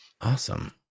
awesome